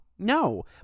No